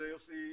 יוסי,